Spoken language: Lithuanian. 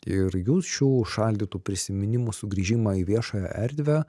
ir jūs šių užšaldytų prisiminimų sugrįžimą į viešąją erdvę